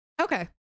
okay